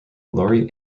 laurie